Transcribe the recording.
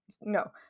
no